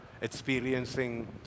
experiencing